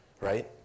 Right